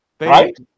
Right